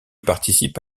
participe